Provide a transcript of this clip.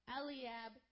Eliab